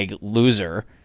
loser